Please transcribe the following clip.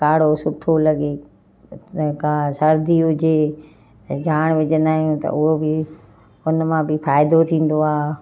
काढ़ो सुठो लॻे का सर्दी हुजे त जाणि विझंदा आहियूं त उहो बि हुन मां बि फ़ाइदो थींदो आहे